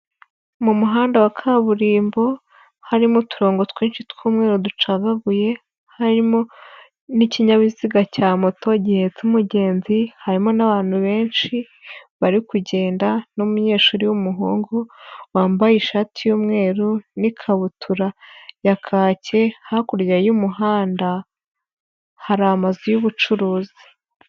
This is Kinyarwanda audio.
Mu muhanda wa kaburimbo harimo uturongo twinshi tw'umweru ducagaguye, harimo n'ikinyabiziga cya moto gihetse umugenzi, harimo n'abantu benshi bari kugenda n'umunyeshuri w'umuhungu wambaye ishati y'umweru n'ikabutura ya kake, hakurya y'umuhanda hari amazu y'ubucuruzi.